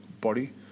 body